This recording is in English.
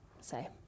say